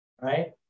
right